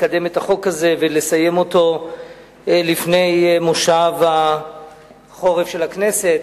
לקדם את החוק הזה ולסיים אותו לפני מושב החורף של הכנסת.